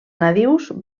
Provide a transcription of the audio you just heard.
nadius